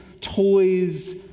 toys